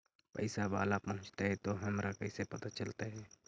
पैसा बाला पहूंचतै तौ हमरा कैसे पता चलतै?